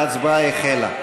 ההצבעה החלה.